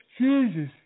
Jesus